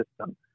system